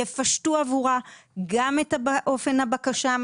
יפשטו עבורה גם את אופן הבקשה,